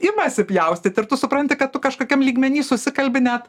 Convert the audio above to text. imasi pjaustyt ir tu supranti kad tu kažkokiam lygmeny susikalbi net